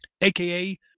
aka